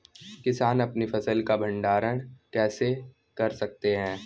किसान अपनी फसल का भंडारण कैसे कर सकते हैं?